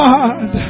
God